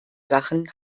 sachen